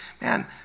Man